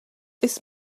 this